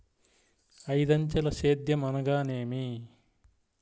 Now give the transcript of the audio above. ఐదంచెల సేద్యం అనగా నేమి?